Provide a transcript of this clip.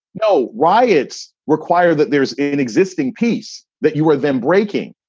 no riots require that there's an existing peace that you were then breaking.